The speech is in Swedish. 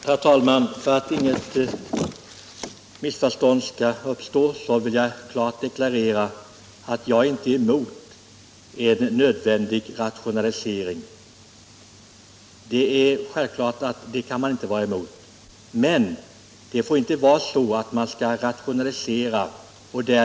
Herr talman! För att inget missförstånd skall uppstå vill jag klart deklarera att jag självfallet inte är emot en nödvändig rationalisering.